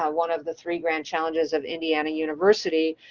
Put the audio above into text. ah one of the three grand challenges of indiana university,